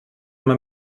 man